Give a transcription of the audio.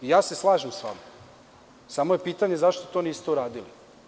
Slažem se sa vama, samo je pitanje - zašto to niste uradili?